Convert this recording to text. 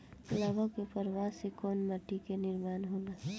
लावा क प्रवाह से कउना माटी क निर्माण होला?